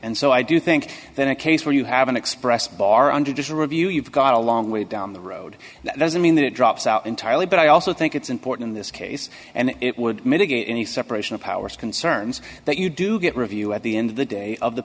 and so i do think that a case where you have an express bar under just a review you've got a long way down the road that doesn't mean that it drops out entirely but i also think it's important in this case and it would mitigate any separation of powers concerns that you do get review at the end of the day of the